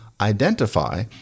identify